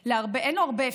אין לו הרבה אפשרויות,